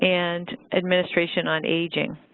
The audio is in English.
and administration on aging.